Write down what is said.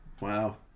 Wow